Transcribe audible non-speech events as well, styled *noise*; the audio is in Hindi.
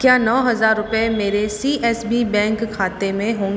क्या नौ हज़ार रुपये मेरे सी एस बी बैंक खाते में हों *unintelligible*